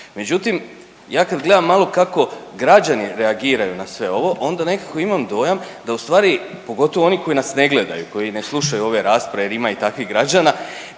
Međutim, ja kad gledam malo kako građani reagiraju na sve ovo onda nekako imam dojam da ustvari, pogotovo oni koji nas ne gledaju, koji ne slušaju ove rasprave jer ima i takvih građana,